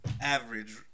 average